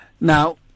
Now